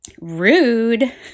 Rude